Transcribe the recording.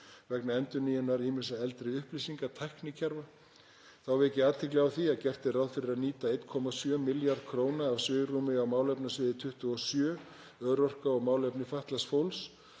vegna endurnýjunar ýmissa eldri upplýsingatæknikerfa. Þá vek ég athygli á því að gert er ráð fyrir að nýta 1,7 milljarða kr. af svigrúmi málefnasviðs 27, Örorka og málefni fatlaðs fólks,